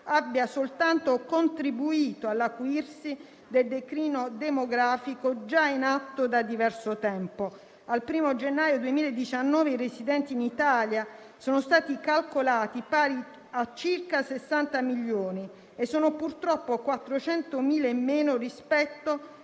abbia soltanto contribuito all'acuirsi del declino demografico già in atto da diverso tempo. Al 1° gennaio 2019 i residenti in Italia sono stati calcolati pari a circa 60 milioni e sono purtroppo 400.000 in meno rispetto